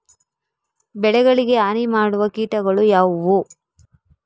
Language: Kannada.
ಬೆಳೆಗಳಿಗೆ ಹಾನಿ ಮಾಡುವ ಕೀಟಗಳು ಯಾವುವು?